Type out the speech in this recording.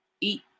eat